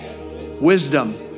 wisdom